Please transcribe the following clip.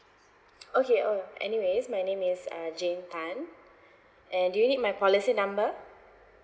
okay uh anyways my name is uh jane tan and do you need my policy number